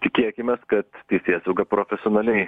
tikėkimės kad teisėsauga profesionaliai